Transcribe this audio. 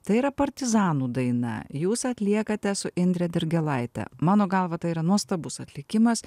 tai yra partizanų daina jūs atliekate su indre dirgėlaite mano galva tai yra nuostabus atlikimas